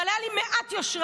אבל הייתה לי מעט יושרה.